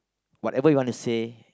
whatever you want to say